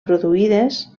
produïdes